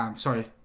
um sorry,